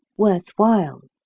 worth while.